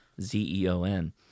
Z-E-O-N